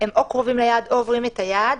הם קרובים ליעד או עוברים את היעד.